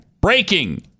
Breaking